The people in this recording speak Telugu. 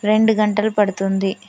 రెండు గంటలు పడుతుంది